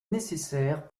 nécessaires